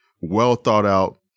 well-thought-out